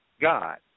God